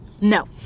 No